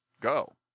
go